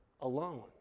alone